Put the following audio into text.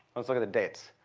let's look at the dates.